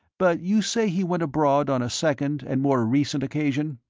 but you say he went abroad on a second and more recent occasion?